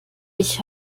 ich